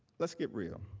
let's get real.